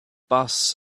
bus